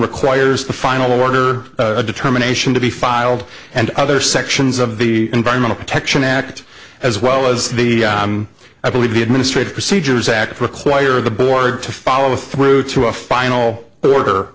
requires the final order a determination to be filed and other sections of the environmental protection act as well as the i believe the administrative procedures act require the board to follow through to a final order